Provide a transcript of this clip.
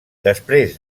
després